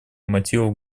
мотивов